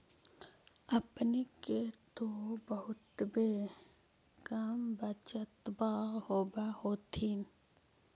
अपने के तो बहुते कम बचतबा होब होथिं?